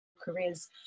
careers